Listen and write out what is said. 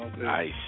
nice